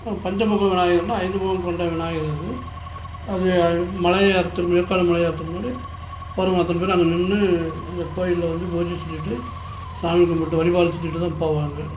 பஞ்சமுக விநாயகர்னா ஐந்து முகம் கொண்ட விநாயகர் அது அது அது மலை ஏறுகிறதுக்கு முன் ஏற்காடு மலை ஏறுகிறதுக்கு முன்னாடி போகிறவுங்க அத்தனை பேரும் அங்கே நின்று அந்த கோவில்ல வந்து பூஜை செஞ்சிட்டு சாமி கும்பிட்டு வழிபாடு செஞ்சிட்டு தான் போவாங்க